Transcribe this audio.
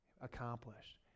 accomplished